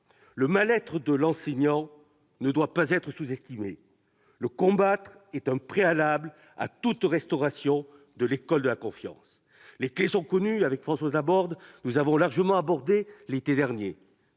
Le mal-être de l'enseignant ne doit pas être sous-estimé. Le combattre est un préalable à toute restauration de l'école de la confiance. Les clés sont connues, nous les avons largement abordées l'été dernier